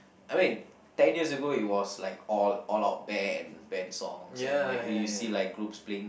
I mean ten years ago it was like all all out band band songs and like you see like groups playing